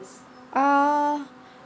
ah